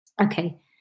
Okay